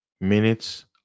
minutes